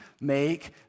make